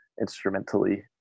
instrumentally